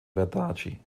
verdade